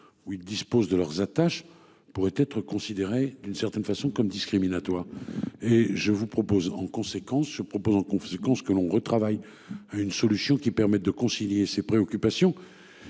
où ils disposent de leurs attaches pourraient être considéré d'une certaine façon comme discriminatoire et je vous propose en conséquence je propose en conséquence que l'on retravaille à une solution qui permette de concilier ces préoccupations